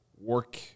work